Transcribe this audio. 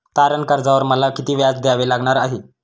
तारण कर्जावर मला किती व्याज द्यावे लागणार आहे?